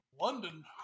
London